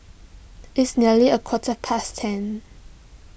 its nearly a quarter past ten